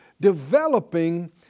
developing